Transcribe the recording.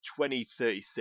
2036